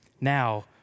now